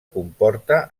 comporta